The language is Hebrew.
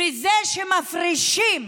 בזה שהם מפרישים